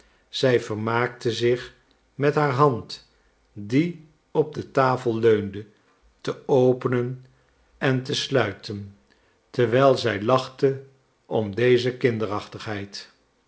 zij vermaakte zich met haar hand die op de tafel leunde te openen en te sluiten terwijl zij lachte om deze kinderachtigheid